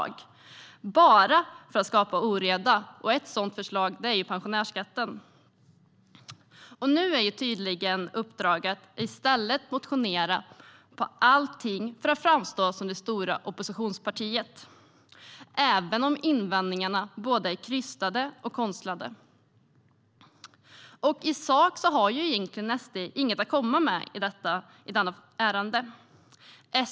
Det gör det bara för att skapa oreda. Ett sådant förslag är pensionärsskatten. Nu är tydligen uppdraget att i stället motionera på allting för att framstå som det stora oppositionspartiet även om invändningarna är både krystade och konstlade. I sak har egentligen SD inget att komma med i detta ärende.